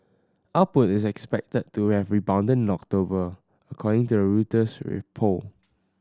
output is expected to have rebounded in October according to a Reuters poll